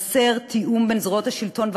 חסר תיאום בין זרועות השלטון,